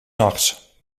nachts